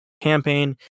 campaign